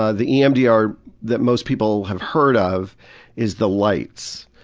ah the emdr that most people have heard of is the lights,